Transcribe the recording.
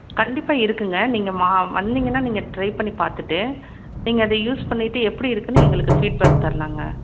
கண்டிப்பாக இருக்குங்க நீங்கள் மா வந்திங்கன்னா நீங்கள் ட்ரை பண்ணி பார்த்துட்டு நீங்கள் அதை யூஸ் பண்ணிவிட்டு எப்படி இருக்குன்னு எங்களுக்கு ஃபீட்பேக் தரலாம்ங்க